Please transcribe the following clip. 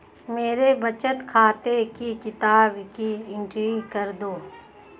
मेरे बचत खाते की किताब की एंट्री कर दो?